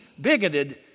bigoted